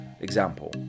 example